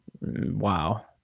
Wow